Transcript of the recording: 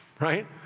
right